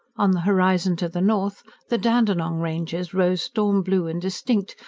on the horizon to the north, the dandenong ranges rose storm-blue and distinct,